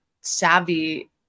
savvy